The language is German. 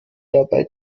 dabei